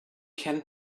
can